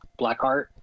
blackheart